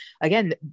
again